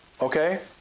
okay